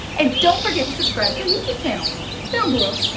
and don't forget to subscribe to our youtube channel down below,